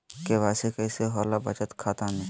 KYC कैसे होला बचत खाता में?